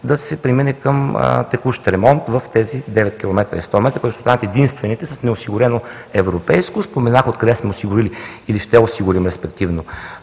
да се премине към текущ ремонт в тези 9 км 100 м, които ще останат единствените с неосигурено европейско, споменах откъде сме осигурили или ще осигурим, респективно,